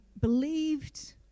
believed